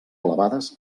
elevades